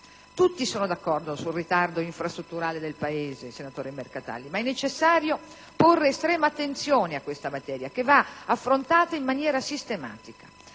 Tutti sono d'accordo sul ritardo infrastrutturale del Paese, senatore Mercatali, ma è necessario porre estrema attenzione a questa materia, che va affrontata in maniera sistematica.